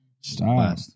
Stop